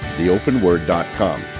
theopenword.com